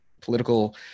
political